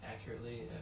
accurately